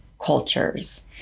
cultures